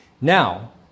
Now